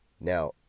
Now